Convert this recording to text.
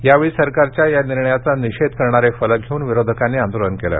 या वेळी सरकारच्या या निर्णयाचा निषेध करणारे फलक घेऊन विरोधकांनी आंदोलन केलं